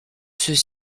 ceux